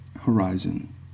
Horizon